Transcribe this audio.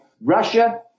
Russia